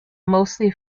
mostly